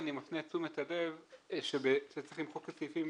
אני מפנה את תשומת הלב לכך שצריך למחוק את סעיפים